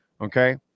Okay